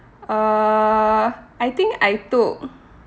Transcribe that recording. uh I think I took